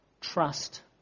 trust